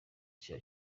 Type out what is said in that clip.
cya